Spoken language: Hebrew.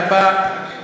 אתה בא מכפר-קאסם,